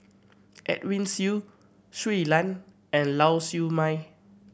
Edwin Siew Shui Lan and Lau Siew Mei